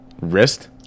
Wrist